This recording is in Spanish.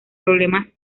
problemas